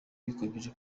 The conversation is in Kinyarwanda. ikomeje